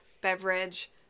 beverage